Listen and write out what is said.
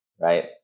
right